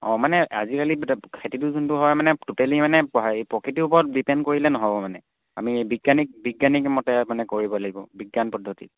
অঁ মানে আজিকালি খেতিটো যোনটো হয় মান টোটেলি মানে হেৰি প্ৰকৃতিৰ ওপৰত ডিপেণ্ড কৰিলে নহ'ব মানে আমি বৈজ্ঞানিক বৈজ্ঞানিক মতে মানে কৰিব লাগিব বিজ্ঞান পদ্ধতিত